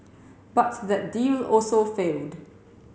but that deal also failed